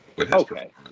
Okay